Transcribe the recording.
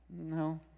No